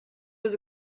was